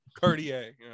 Cartier